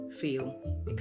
feel